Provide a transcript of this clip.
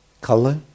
color